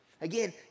Again